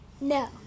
No